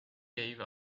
gave